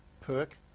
perk